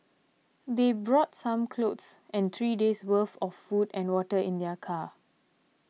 they brought some clothes and three days' worth of food and water in their car